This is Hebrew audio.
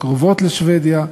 הקרובות לשבדיה,